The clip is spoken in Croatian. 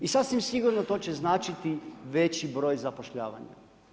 I sasvim sigurno to će značiti veći broj zapošljavanja.